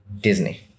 Disney